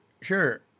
sure